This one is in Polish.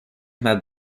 nad